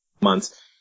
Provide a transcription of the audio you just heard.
months